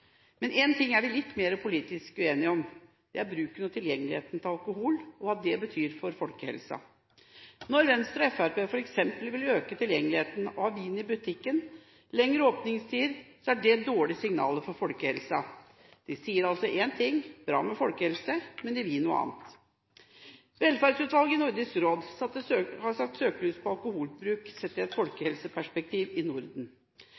Men én ting er vi litt mer politisk uenige om, og det er bruken av og tilgjengeligheten til alkohol, og hva det betyr for folkehelsen. Når Venstre og Fremskrittspartiet f.eks. vil øke tilgjengeligheten – ha vin i butikk og lengre åpningstider – gir det dårlige signaler med tanke på folkehelsen. De sier altså én ting – det er bra med folkehelse – men de vil noe annet. Velferdsutvalget i Nordisk råd har satt søkelys på alkoholbruk sett i et folkehelseperspektiv i Norden.